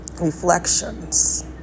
reflections